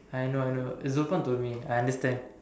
I know I know Zulfan told me I understand